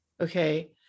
okay